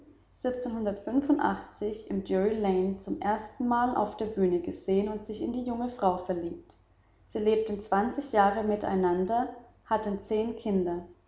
zum ersten mal auf der bühne gesehen und sich in die junge frau verliebt sie lebt zwanzig jahre miteinander hatten zehn kinder